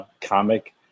comic